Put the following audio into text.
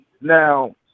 Now